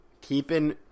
Keeping